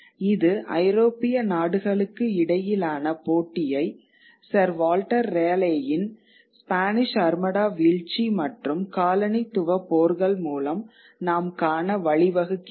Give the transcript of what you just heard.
இது ஐரோப்பிய நாடுகளுக்கு இடையிலான போட்டியை சர் வால்டர் ராலேயின் ஸ்பானிஷ் அர்மடா வீழ்ச்சி மற்றும் காலனித்துவ போர்கள் மூலம் நாம் காண வழி வகுக்கிறது